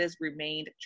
remained